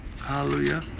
Hallelujah